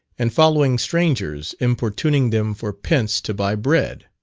and following strangers, importuning them for pence to buy bread.